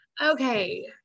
Okay